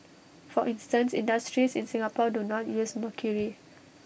for instance industries in Singapore do not use mercury